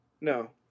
No